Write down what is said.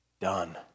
done